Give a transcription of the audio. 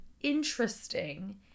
interesting